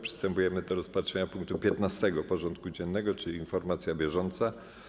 Przystępujemy do rozpatrzenia punktu 15. porządku dziennego: Informacja bieżąca.